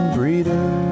Breeder